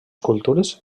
cultures